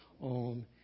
on